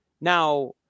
Now